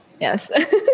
yes